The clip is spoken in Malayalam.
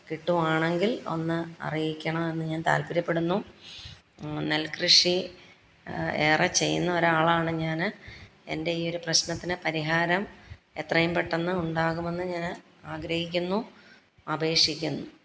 കിട്ടുവാണെങ്കിൽ ഒന്ന് അറിയിക്കണമെന്ന് ഞാൻ താല്പര്യപ്പെടുന്നു നെൽകൃഷി ഏറെ ചെയ്യുന്ന ഒരാളാണ് ഞാൻ എൻ്റെ ഈ ഒരു പ്രശ്നത്തിന് പരിഹാരം എത്രയും പെട്ടെന്ന് ഉണ്ടാകുമെന്ന് ഞാൻ ആഗ്രഹിക്കുന്നു അപേക്ഷിക്കുന്നു